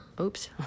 Oops